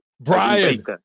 Brian